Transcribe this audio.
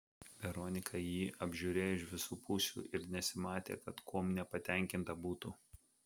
veronika jį apžiūrėjo iš visų pusių ir nesimatė kad kuom nepatenkinta būtų